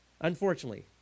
Unfortunately